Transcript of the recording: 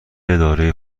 اداره